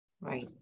Right